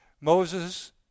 Moses